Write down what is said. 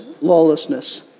lawlessness